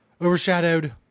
overshadowed